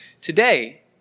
today